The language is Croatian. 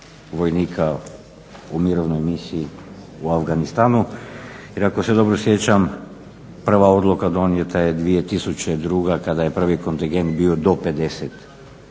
vojnika u Mirovnoj misiji u Afganistanu. Jer ako se dobro sjećam prva odluka donijeta je 2002. kada je prvi kontingent bio do 50